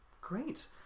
great